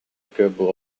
capable